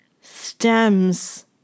stems